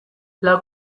lau